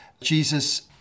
Jesus